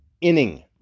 inning